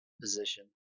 position